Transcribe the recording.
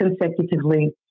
consecutively